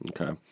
Okay